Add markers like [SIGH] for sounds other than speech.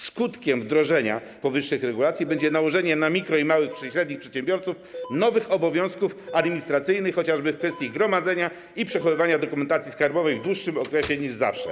Skutkiem wdrożenia powyższych regulacji [NOISE] będzie nałożenie na mikro-, małych i średnich przedsiębiorców nowych obowiązków administracyjnych, chociażby w kwestii gromadzenia i przechowywania dokumentacji skarbowej przez dłuższy okres niż zwykle.